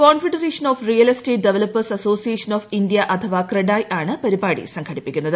confederation of real estate developers association of India അഥവാ ക്രഡായി ആണ് പരിപാടി സംഘടിപ്പിക്കുന്നത്